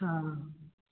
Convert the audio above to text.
हाँ